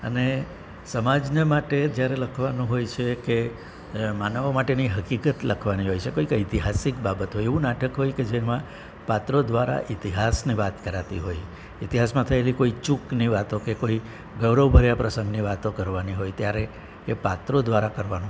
અને સમાજને માટે જ્યારે લખવાનું હોય છે કે માનવો માટેની હકીકત લખવાની હોય છે કોઈક ઐતિહાસિક બાબતો એવું નાટક હોય કે જેમાં પાત્રો દ્વારા ઇતિહાસને વાત કરાતી હોય ઇતિહાસમાં થયેલી કોઈ ચૂકની વાતો કે કોઈ ગૌરવભર્યા પ્રસંગની વાતો કરવાની હોય ત્યારે એ પાત્રો દ્વારા કરવાનું